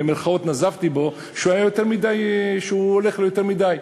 "נזפתי" בו שהוא הולך יותר מדי.